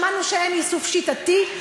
שמענו שאין עיסוק שיטתי.